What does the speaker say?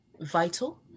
vital